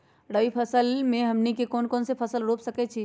रबी फसल में हमनी के कौन कौन से फसल रूप सकैछि?